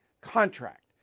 contract